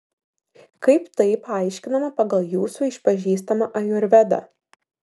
kaip tai paaiškinama pagal jūsų išpažįstamą ajurvedą